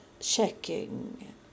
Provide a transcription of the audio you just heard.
checking